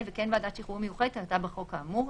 וכן ועדת שחרורים מיוחדת כהגדרתה בחוק האמור,